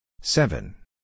seven